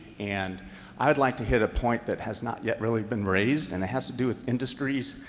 and i would like to hit a point that has not yet really been raised, and it has to do with industry's